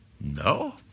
No